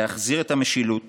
להחזיר את המשילות